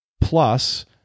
plus